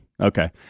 okay